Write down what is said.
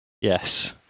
Yes